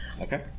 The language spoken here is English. Okay